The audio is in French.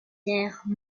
pierre